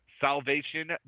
Salvation